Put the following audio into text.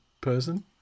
person